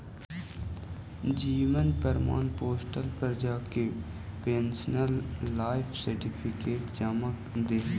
जीवन प्रमाण पोर्टल पर जाके पेंशनर लाइफ सर्टिफिकेट जमा दिहे